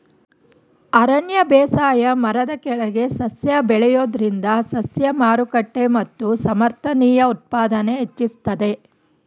ಅರಣ್ಯ ಬೇಸಾಯ ಮರದ ಕೆಳಗೆ ಸಸ್ಯ ಬೆಳೆಯೋದ್ರಿಂದ ಸಸ್ಯ ಮಾರುಕಟ್ಟೆ ಮತ್ತು ಸಮರ್ಥನೀಯ ಉತ್ಪಾದನೆ ಹೆಚ್ಚಿಸ್ತದೆ